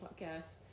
podcast